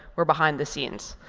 we're behind the scenes.